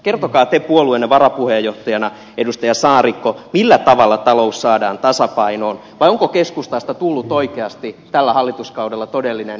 kertokaa te puolueenne varapuheenjohtajana edustaja saarikko millä tavalla talous saadaan tasapainoon vai onko keskustasta tullut oikeasti tällä hallituskaudella todellinen ei puolue